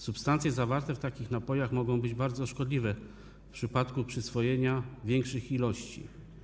Substancje zawarte w takich napojach mogą być bardzo szkodliwe w przypadku przyswojenia większych ilości.